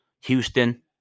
Houston –